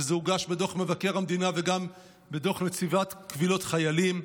וזה הוגש בדוח מבקר המדינה וגם בדוח נציבת קבילות חיילים,